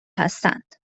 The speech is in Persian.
هستند